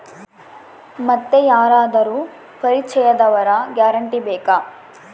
ಮತ್ತೆ ಯಾರಾದರೂ ಪರಿಚಯದವರ ಗ್ಯಾರಂಟಿ ಬೇಕಾ?